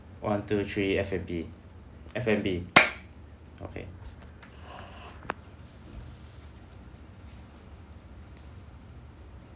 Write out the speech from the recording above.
one two three F&B F&B okay